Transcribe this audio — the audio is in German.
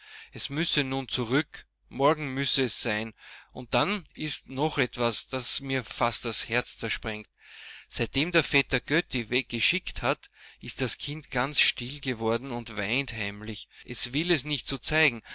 es müsse nun zurück morgen müsse es sein und dann ist noch etwas das mir fast das herz zersprengt seitdem der vetter götti geschickt hat ist das kind ganz still geworden und weint heimlich es will es nicht so zeigen